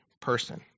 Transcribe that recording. person